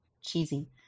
cheesy